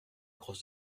crosse